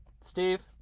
Steve